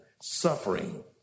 suffering